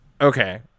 Okay